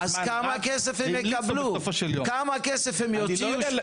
ובסופו של יום המליצו.